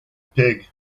pig